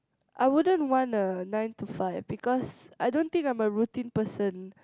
I wouldn't want a nine to five because I don't think I'm a routine person